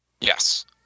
Yes